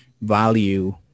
value